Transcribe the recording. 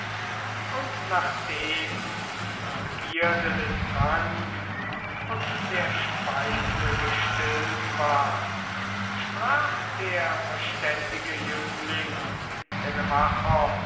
und nachdem die begierde des tranks und der speise gestillt war sprach der verständige jüngling